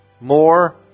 more